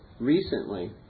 recently